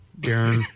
Darren